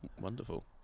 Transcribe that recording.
Wonderful